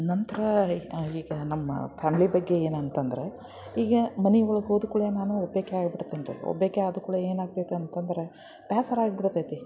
ನಂತರ ಈಗ ನಮ್ಮ ಫ್ಯಾಮ್ಲಿ ಬಗ್ಗೆ ಏನಂತಂದ್ರೆ ಈಗ ಮನೆ ಒಳಗೆ ಹೋದ ಕೂಳೆ ನಾನು ಒಬ್ಯಾಕಿಯಾಗ್ಬಿಡ್ತೀನಿ ರಿ ಒಬ್ಯಾಕಿಯಾದ ಕುಳೆ ಏನಾಗ್ತೈತಂತಂದ್ರೆ ಬೇಸರ ಆಗಿಬಿಡ್ತೈತಿ